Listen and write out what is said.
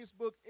Facebook